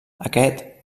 aquest